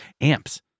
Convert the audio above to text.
amps